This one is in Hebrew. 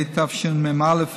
התשמ"א 1981,